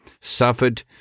suffered